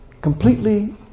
completely